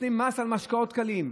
נותנים מס על משקאות קלים.